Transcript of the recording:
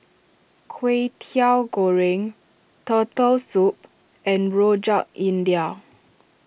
Kwetiau Goreng Turtle Soup and Rojak India